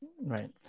right